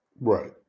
Right